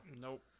nope